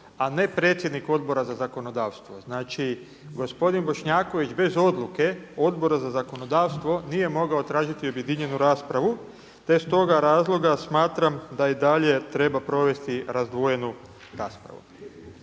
a ne predsjednik Odbora za zakonodavstvo. Znači gospodin Bošnjaković bez odluke Odbora za zakonodavstvo nije mogao tražiti objedinjenu raspravu te s toga razloga smatram da i dalje treba provesti razdvojenu raspravu.